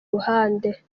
ruhande